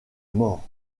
mort